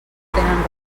tenen